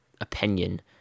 opinion